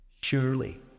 Surely